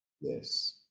Yes